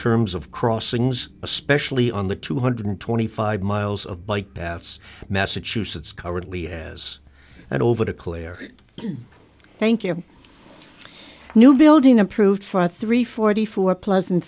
terms of crossings especially on the two hundred twenty five miles of bike paths massachusetts currently has and over to clare thank you new building approved for three forty four pleasant